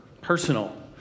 personal